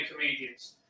comedians